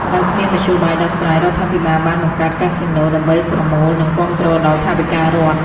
ដោយគ្មានមធ្យោបាយដោះស្រាយ រដ្ឋាភិបាលបានបង្កើតកាស៊ីណូ ដើម្បីប្រមូល និងគាំទ្រដល់ថវិការដ្ឋ។